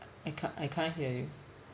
I can't I can't hear you